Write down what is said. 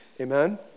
Amen